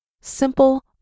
simple